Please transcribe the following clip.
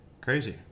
Crazy